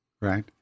right